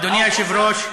אדוני היושב-ראש,